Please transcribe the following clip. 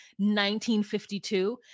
1952